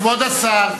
כבוד השר,